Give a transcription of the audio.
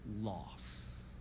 loss